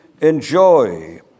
enjoy